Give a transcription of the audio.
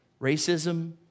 racism